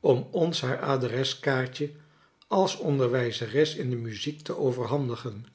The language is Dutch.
om ons haar adreskaartje als onderwijzeres in de muziek te overhandigen